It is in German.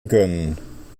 können